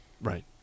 Right